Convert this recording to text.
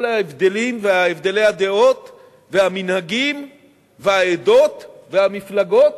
ההבדלים והבדלי הדעות והמנהגים והעדות והמפלגות.